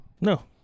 No